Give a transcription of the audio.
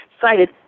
cited